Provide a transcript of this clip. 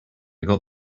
got